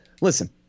listen